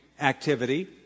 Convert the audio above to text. activity